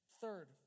Third